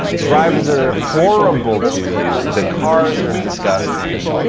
ah drivers are horrible to you. the cars are disgusting.